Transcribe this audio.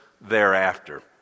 thereafter